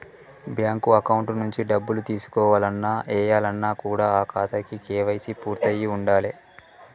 bank account నుంచి డబ్బులు తీసుకోవాలన్న, ఏయాలన్న కూడా ఆ ఖాతాకి కేవైసీ పూర్తయ్యి ఉండాలే